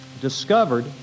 discovered